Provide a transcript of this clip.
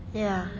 ya